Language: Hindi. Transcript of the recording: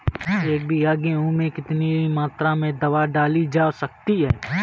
एक बीघा गेहूँ में कितनी मात्रा में दवा डाली जा सकती है?